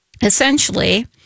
Essentially